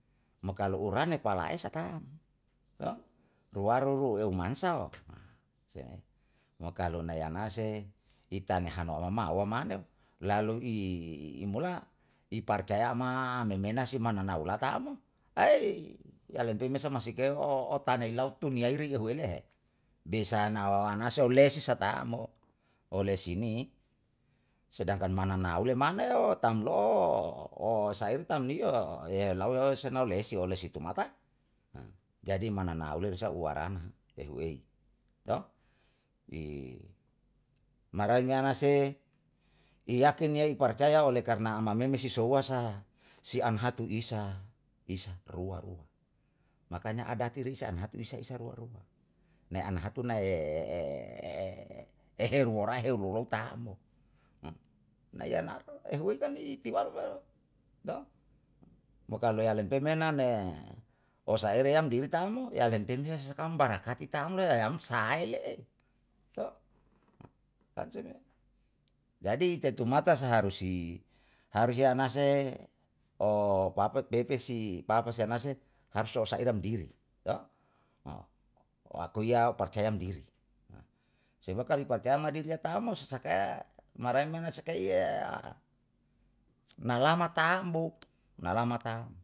Mo kalu urane pala'e sa tam, to? Tuaruru eu mansa'o he se me mo kalu nayanase itanehanu amamawama maneo lalu i mola, i parcaya ama memenasi mananaulata mo, ae yalem pemesa masike otenilau tuniyairi ahuwele he, besanao anase oulesi sa tam mo, olesini, sedankan manaule le maneo, tam lo'o oseire tamni yo ehelau lau sana olesi olesi tumaata jadi mananule sa warana ehu ei to? I marai me ana se, iyakin iyai iparcaya oleh karna amameme si souwa sa, si ana hatu isa, isa, rua, rua, makanya adati risa an hati isa, isa, rua, rua, nae an hatu nae, ruwora helolou tam mo. Nai yanalo ehuwe kan itiwaru me ro, to? Mo kalu yalem pemene na osaere diri tam mo, yalem pemesa sakam barakati tam le eyam sahae le'e to? Kan se me. Jadi itetumata saharusi harusi anase opapa pepesi papasi anase harus osairam diri to? oakui yam parcaya diri sebab kalu iparcaya ma diri tam mo sasakae maraemana sakai na lama tam bo, na lama tam